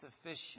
sufficient